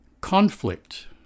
conflict